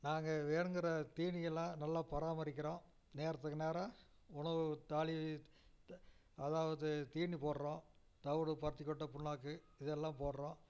நாங்கள் வேணுங்கிற தீனியெல்லாம் நல்லா பராமரிக்கிறோம் நேரத்துக்கு நேரம் உணவு தாளி த அதாவது தீனி போடுறோம் தவிடு பருத்திக்கொட்டை புண்ணாக்கு இதெல்லாம் போடுறோம்